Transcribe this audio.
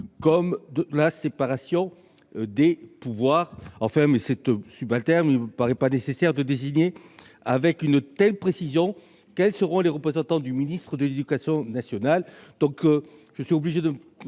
et de la séparation des pouvoirs. Enfin, il ne me paraît pas nécessaire de déterminer avec une telle précision quels seront les représentants du ministre de l'éducation nationale.